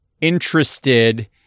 interested